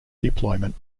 deployment